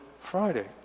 Friday